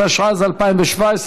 התשע"ז 2017,